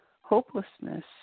hopelessness